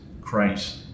Christ